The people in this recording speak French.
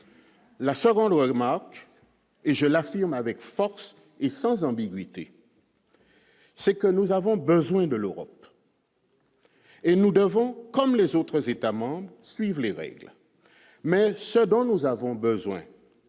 la se rendre le Maroc et je l'affirme avec force et sans ambiguïté. Ce que nous avons besoin de l'Europe. Et nous devons, comme les autres États-membres suivent les règles mais selon nos avons besoin